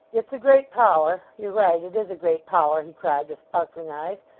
it's a great power. you're right. it is a great power he cried with sparkling eyes.